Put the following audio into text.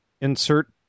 insert